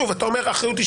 אתה אומר אחריות.